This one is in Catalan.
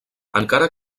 encara